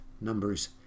Numbers